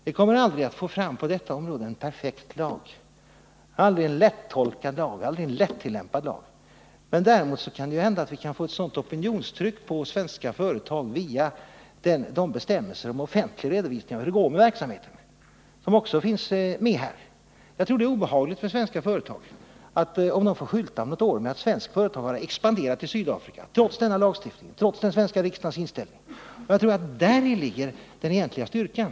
Vi kommer aldrig att på detta område få fram en perfekt, lättolkad och lättillämpad lag. Men däremot kan det ju vända att vi kan få ett opinionstryck på svenska företag via bestämmelser, som också finns med här, om offentlig redovisning av hur det går med verksamheten. Jag tror det blir obehagligt för svenska företag om de om något år får skylta med att ha expanderat i Sydafrika trots denna lagstiftning och den svenska riksdagens inställning. Jag tror att däri ligger den egentliga styrkan.